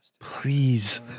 Please